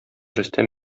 рөстәм